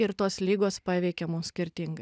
ir tos ligos paveikia mus skirtingai